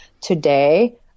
today